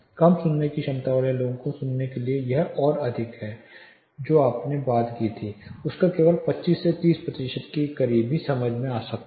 कम सुनने की क्षमता वाले लोगों को सुनने के लिए यह और अधिक है जो आपने बात की थी उसका केवल 25 से 30 प्रतिशत के करीब ही समझा जा सकता है